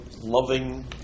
loving